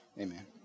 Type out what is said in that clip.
Amen